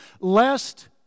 lest